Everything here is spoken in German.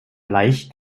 leicht